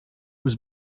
was